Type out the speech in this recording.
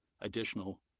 additional